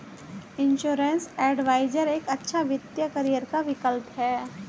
insurance adviser एक अच्छा वित्तीय करियर का विकल्प है